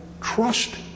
trust